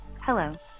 Hello